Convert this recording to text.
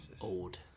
Old